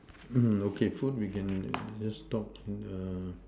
mm okay food we can just talk in the